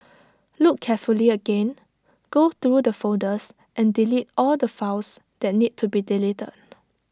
look carefully again go through the folders and delete all the files that need to be deleted